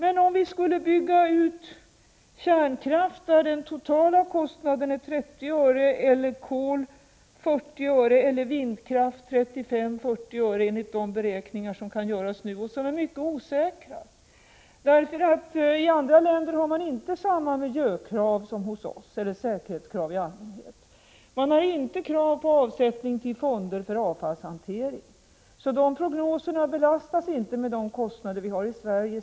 Enligt de beräkningar som kan göras nu blir den totala kostnaden för kärnkraft vid en eventuell kärnkraftsutbyggnad 30 öre, för kolkraft 40 öre och för vindkraft 35-40 öre. Dessa beräkningar är mycket osäkra, för i andra länder har man i allmänhet inte samma miljöeller säkerhetskrav som hos oss. Man har inte krav på avsättning till fonder för avfallshantering. Så de prognoserna belastas inte med de kostnader vi har i Sverige.